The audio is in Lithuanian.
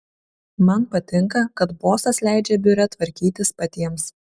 man patinka kad bosas leidžia biure tvarkytis patiems